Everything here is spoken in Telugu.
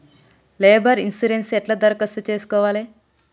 లేబర్ ఇన్సూరెన్సు ఎట్ల దరఖాస్తు చేసుకోవాలే?